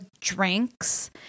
drinks